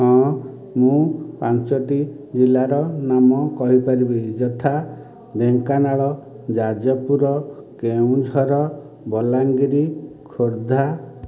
ହଁ ମୁଁ ପାଞ୍ଚଟି ଜିଲ୍ଲାର ନାମ କହିପାରିବି ଯଥା ଢେଙ୍କାନାଳ ଯାଜପୁର କେନ୍ଦୁଝର ବଲାଙ୍ଗୀର ଖୋର୍ଦ୍ଧା